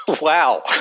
Wow